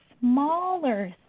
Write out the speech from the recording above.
smaller